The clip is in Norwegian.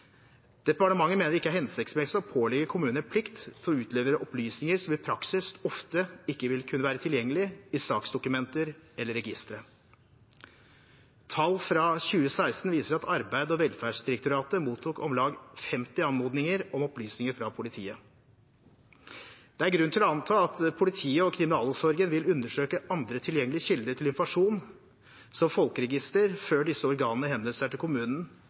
Departementet mener det ikke er hensiktsmessig å pålegge kommunen en plikt til å utlevere opplysninger som i praksis ofte ikke vil være tilgjengelig i saksdokumenter eller registre. Tall fra 2016 viser at Arbeids- velferdsdirektoratet mottok om lag 50 anmodninger om opplysninger fra politiet. Det er grunn til å anta at politiet og kriminalomsorgen vil undersøke andre tilgjengelige kilder til informasjon, som folkeregisteret, før disse organene henvender seg til kommunen